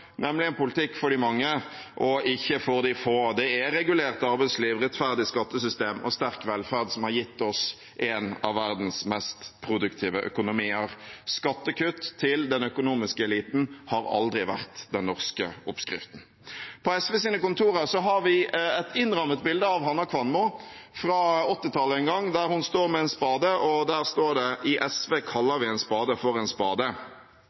nemlig en politikk for de mange og ikke for de få. Det er et regulert arbeidsliv, et rettferdig skattesystem og en sterk velferd som har gitt oss en av verdens mest produktive økonomier. Skattekutt til den økonomiske eliten har aldri vært den norske oppskriften. På SVs kontorer har vi et innrammet bilde av Hanna Kvanmo fra 1980-tallet en gang, der hun står med en spade, og der står det: I SV kaller vi en spade for en spade.